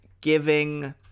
giving